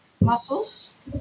muscles